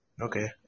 Okay